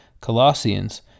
Colossians